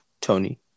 Tony